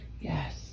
Yes